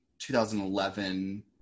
2011